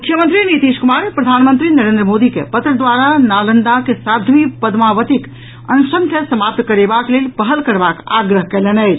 मुख्यमंत्री नीतीश कुमार प्रधानमंत्री नरेन्द्र मोदी के पत्र द्वारा नालंदाक साध्वी पद्मावतीक अनशन के समाप्त करेबाक लेल पहल करबाक आग्रह कयलनि अछि